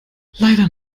leider